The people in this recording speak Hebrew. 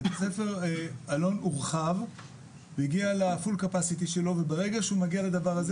בית הספר אלון הורחב והגיע לתפוסה המלאה שלו וברגע שהוא מגיע למצב הזה,